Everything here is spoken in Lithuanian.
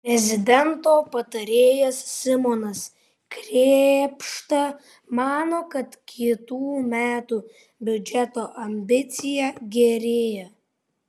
prezidento patarėjas simonas krėpšta mano kad kitų metų biudžeto ambicija gerėja